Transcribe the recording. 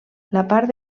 part